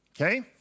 okay